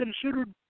considered